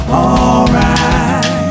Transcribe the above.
alright